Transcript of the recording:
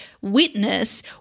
witness